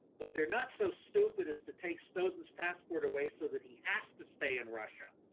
but they are not so stupid as to take snowdens passport away so that he has to stay in russia